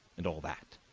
and all that.